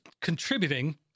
contributing